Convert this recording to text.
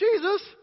Jesus